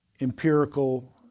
empirical